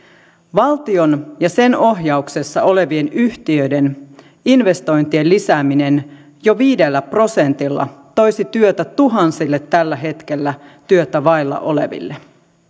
valtion ja sen ohjauksessa olevien yhtiöiden investointien lisääminen jo viidellä prosentilla toisi työtä tuhansille tällä hetkellä työtä vailla oleville